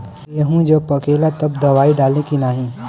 गेहूँ जब पकेला तब दवाई डाली की नाही?